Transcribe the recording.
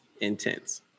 intense